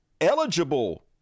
eligible